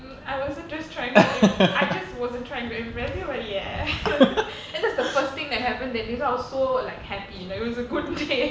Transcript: mm I wasn't just trying to im~ I just wasn't trying to impress you but ya and that's the first thing that happened that day so I was so like happy like it was a good day